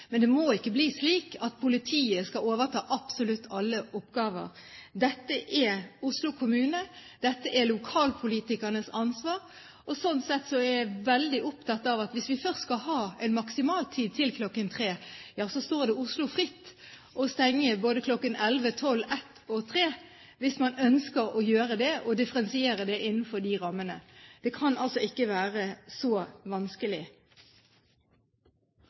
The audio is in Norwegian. men det må ikke bli slik at politiet skal overta absolutt alle oppgaver. Dette er Oslo kommunes og lokalpolitikernes ansvar, og sånn sett er jeg veldig opptatt av at hvis vi først skal ha en maksimaltid til kl. 03.00, så står det Oslo fritt å stenge både kl. 23.00, 24.00, 01.00 og 03.00, hvis man ønsker å gjøre det, og differensiere innenfor disse rammene. Det kan altså ikke være så vanskelig.